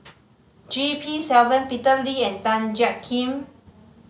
G P Selvam Peter Lee and Tan Jiak Kim